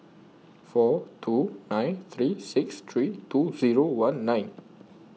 four two nine three six three two Zero one nine